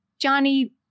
Johnny